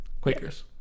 Quakers